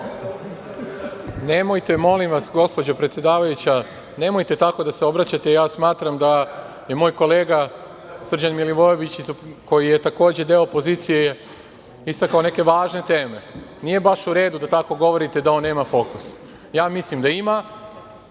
Nemojte, molim vas, gospođo predsedavajuća, tako da se obraćate. Ja smatram da je moj kolega Srđan Milivojević, koji je takođe deo opozicije, istakao neke važne teme. Nije baš u redu da tako govorite da on nema fokus. Ja mislim da ima